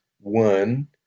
one